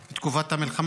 בתקופת המלחמה.